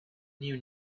knew